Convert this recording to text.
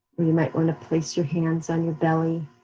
you might wanna place your hands on your belly.